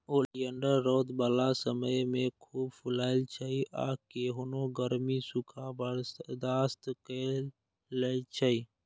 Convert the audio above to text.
oleander रौद बला समय मे खूब फुलाइ छै आ केहनो गर्मी, सूखा बर्दाश्त कए लै छै